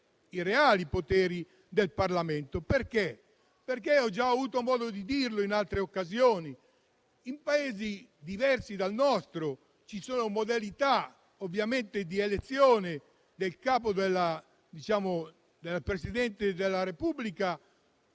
i reali poteri del Parlamento. Come ho già avuto modo di dire in altre occasioni, in Paesi diversi dal nostro ci sono modalità ovviamente di elezione del Presidente della Repubblica